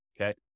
okay